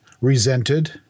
resented